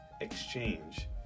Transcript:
exchange